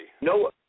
No